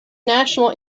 national